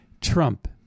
Trump